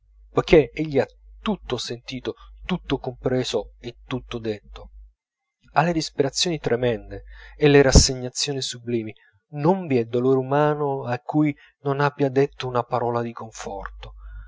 egli ha tutto sentito tutto compreso e tutto detto ha le disperazioni tremende e le rassegnazioni sublimi non v'è dolore umano a cui non abbia detto una parola di conforto